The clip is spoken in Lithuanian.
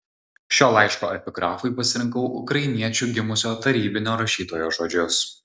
šio laiško epigrafui pasirinkau ukrainiečiu gimusio tarybinio rašytojo žodžius